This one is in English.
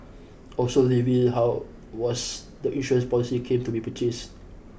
also revealed how was the insurance policies came to be purchased